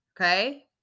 Okay